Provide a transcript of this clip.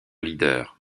leader